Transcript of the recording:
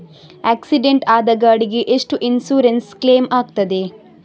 Accident ಆದ ಗಾಡಿಗೆ ಎಷ್ಟು ಇನ್ಸೂರೆನ್ಸ್ ಕ್ಲೇಮ್ ಆಗ್ತದೆ?